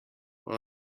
what